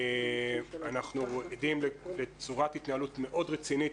אנחנו עדים לצורת התנהלות מאוד רצינית,